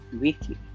weekly